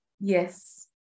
Yes